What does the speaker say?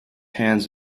hands